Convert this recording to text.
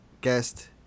guest